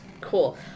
Cool